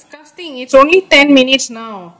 disgusting it's only ten minutes now